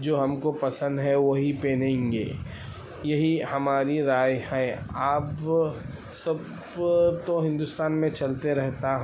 جو ہم کو پسند ہے وہی پہنیں گے یہی ہماری رائے ہے اب سب تو ہندوستان میں چلتا رہتا